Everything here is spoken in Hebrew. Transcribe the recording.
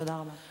תודה רבה.